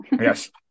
Yes